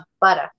butter